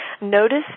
Notice